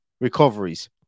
recoveries